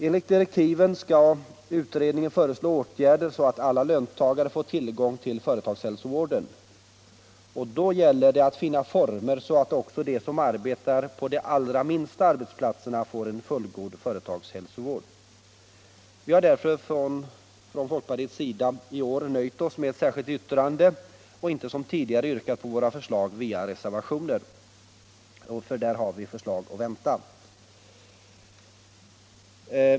Enligt direktiven skall utredningen föreslå åtgärder så att alla löntagare får tillgång till företagshälsovård. Och då gäller det aut finna former så att också de som arbetar på de allra minsta arbetsplatserna får en fullgod företagshälsovård. Vi har därför från folkpartiets sida I år nöjt oss med ett särskilt yttrande och inte som tidigare yrkat bifall till våra förslag via reservationer, eftersom förslag är att vänta.